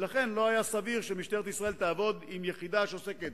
ולכן לא היה סביר שמשטרת ישראל תעבוד עם יחידה אחת שעוסקת